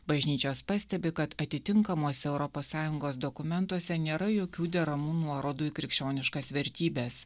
bažnyčios pastebi kad atitinkamuose europos sąjungos dokumentuose nėra jokių deramų nuorodų į krikščioniškas vertybes